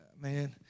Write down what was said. man